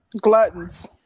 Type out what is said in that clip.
Gluttons